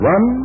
One